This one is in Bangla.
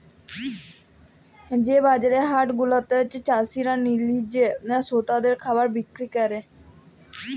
যে বাজার হাট গুলাতে চাসিরা লিজে ক্রেতাদের খাবার বিক্রি ক্যরে